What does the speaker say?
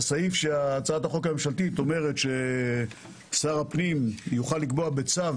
בסעיף שבו הצעת החוק הממשלתית אומרת ששר הפנים יוכל לקבוע בצו,